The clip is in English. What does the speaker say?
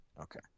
Okay